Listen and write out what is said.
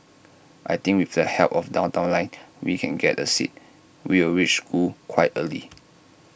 I think with the help of downtown line we can get A seat we'll reach school quite early